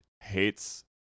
hates